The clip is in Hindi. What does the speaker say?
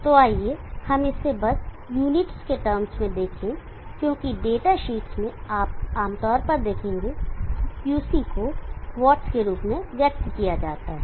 तो आइए हम इसे बस यूनिट्स के टर्म्स में देखें क्योंकि डेटा शीट्स में आप आमतौर पर देखेंगे कि Qc को वाट के रूप में व्यक्त किया जाता है